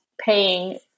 paying